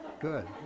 Good